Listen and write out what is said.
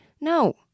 no